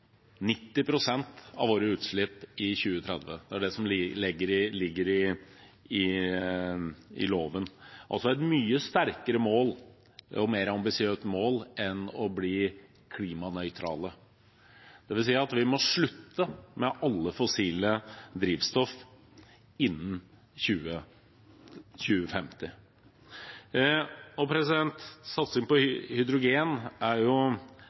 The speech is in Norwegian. av våre utslipp i 2030. Det er det som ligger i loven – altså et mye sterkere og mer ambisiøst mål enn å bli klimanøytrale. Det vil si at vi må slutte med alle fossile drivstoff innen 2050. Satsing på hydrogen